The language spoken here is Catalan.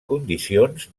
condicions